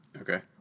Okay